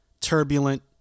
turbulent